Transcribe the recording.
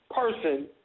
person